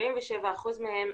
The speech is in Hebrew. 77% מהן,